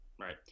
right